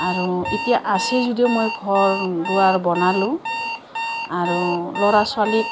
আৰু এতিয়া আছে যদিও মই ঘৰ দুৱাৰ বনালোঁ আৰু ল'ৰা ছোৱালীক